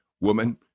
woman